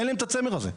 אין להם את הצמר הזה.